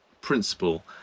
principle